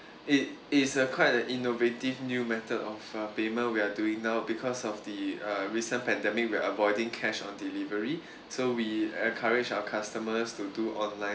it it's a quite an innovative new method of uh payment we are doing now because of the uh recent pandemic we're avoiding cash on delivery so we encourage our customers to do online